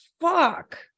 fuck